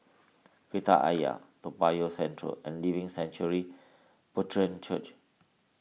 Kreta Ayer Toa Payoh Central and Living Sanctuary Brethren Church